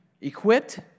equipped